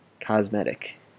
cosmetic